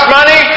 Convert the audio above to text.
money